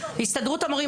הסתדרות המורים.